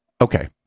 Okay